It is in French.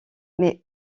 mais